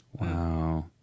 wow